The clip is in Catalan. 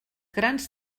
grans